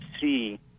see